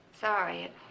Sorry